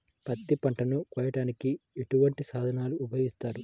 పత్తి పంటను కోయటానికి ఎటువంటి సాధనలు ఉపయోగిస్తారు?